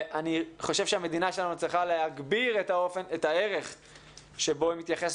אני חושב שהמדינה שלנו צריכה להגביר את הערך שבו היא מתייחסת